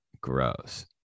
gross